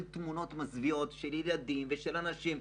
תמונות מזוויעות של ילדים ושל אנשים.